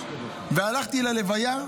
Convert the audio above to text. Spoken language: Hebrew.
והלכתי ללוויה,